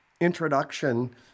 introduction